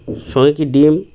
সঙ্গে কি ডিম